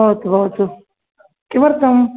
भवतु भवतु किमर्थम्